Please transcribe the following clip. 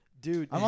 Dude